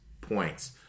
points